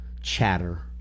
chatter